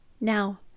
Now